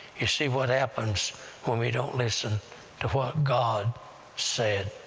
you see what happens when we don't listen to what god said,